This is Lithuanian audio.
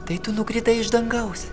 tai tu nukritai iš dangaus